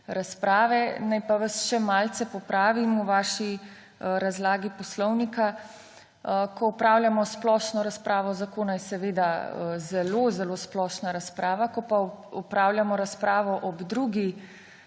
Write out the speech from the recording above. razprave. Naj pa vas še malce popravim v vaši razlagi poslovnika. Ko opravljamo splošno razpravo zakona, je seveda zelo zelo splošna razprava, ko pa opravljamo razpravo ob drugem